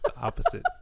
Opposite